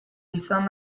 izan